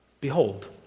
behold